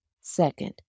Second